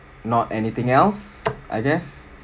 not anything else I guess